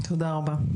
תודה רבה.